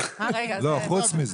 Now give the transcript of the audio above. לא, חוץ מזה.